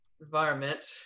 environment